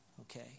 Okay